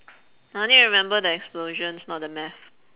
I only remember the explosions not the math